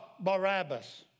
Barabbas